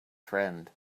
friend